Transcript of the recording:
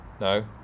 No